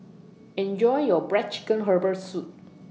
Enjoy your Black Chicken Herbal Soup